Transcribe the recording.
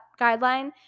guideline